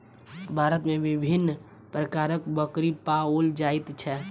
भारत मे विभिन्न प्रकारक बकरी पाओल जाइत छै